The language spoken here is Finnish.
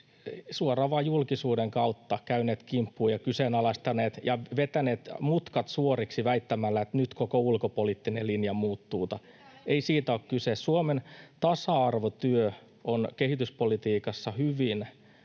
suoraan vain julkisuuden kautta käyneet kimppuun ja kyseenalaistaneet ja vetäneet mutkat suoriksi väittämällä, että nyt koko ulkopoliittinen linja muuttuu. [Veronika Honkasalo: Ei tämä ole ensimmäinen